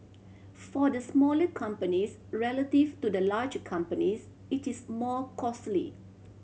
for the smaller companies relative to the large companies it is more costly